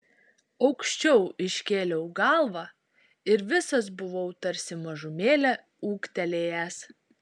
aukščiau iškėliau galvą ir visas buvau tarsi mažumėlę ūgtelėjęs